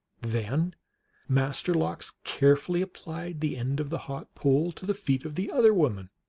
then master lox carefully applied the end of the hot pole to the feet of the other woman.